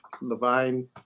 Levine